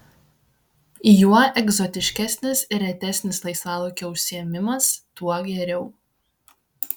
juo egzotiškesnis ir retesnis laisvalaikio užsiėmimas tuo geriau